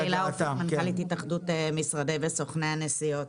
אני מנכ"לית התאחדות משרדי וסוכני הנסיעות.